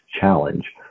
challenge